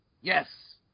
Yes